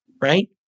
right